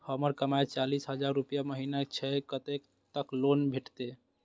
हमर कमाय चालीस हजार रूपया महिना छै कतैक तक लोन भेटते?